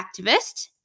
activist